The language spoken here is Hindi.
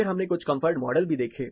फिर हमने कुछ कंफर्ट मॉडल भी देखे